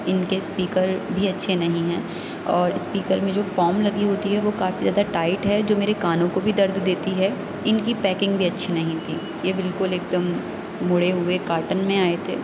ان کے اسپیکر بھی اچھے نہیں ہیں اور اسپیکر میں جو فام لگی ہوتی ہے وہ کافی زیادہ ٹائٹ ہے جو میرے کانوں کو بھی درد دیتی ہے ان کی پیکنگ بھی اچھی نہیں تھی یہ بالکل ایک دم مڑے ہوئے کارٹن میں آئے تھے